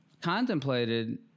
contemplated